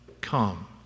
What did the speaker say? come